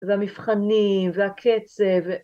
‫והמבחנים והקצב.